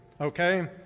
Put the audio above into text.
okay